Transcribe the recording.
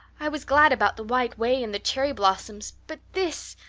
i was glad about the white way and the cherry blossoms but this!